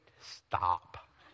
Stop